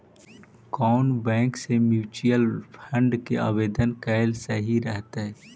कउन बैंक से mutual fund के आवेदन कयल सही रहतई?